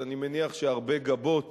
אז אני מניח שהרבה גבות